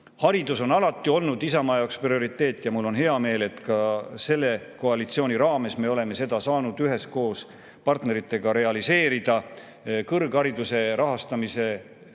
Haridus on alati olnud Isamaa jaoks prioriteet. Mul on hea meel, et ka selle koalitsiooni raames me oleme seda saanud üheskoos partneritega realiseerida. Kõrghariduse rahastamise selle